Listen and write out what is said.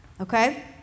Okay